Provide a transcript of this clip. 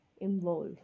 involve